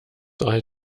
drei